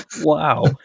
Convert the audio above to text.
Wow